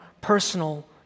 personal